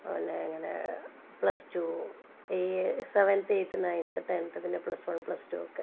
അല്ലേൽ ഇങ്ങനെ plus two eight seventh eighth ninth tenth പിന്നെ പ്ലസ് വൺ പ്ലസ് ടു ഒക്കെ